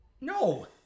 No